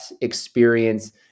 experience